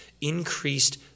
increased